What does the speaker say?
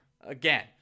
again